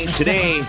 today